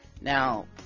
Now